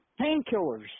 painkillers